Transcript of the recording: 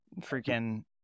freaking